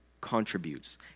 contributes